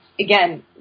again